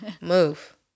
move